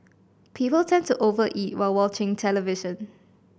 people tend to over eat while watching television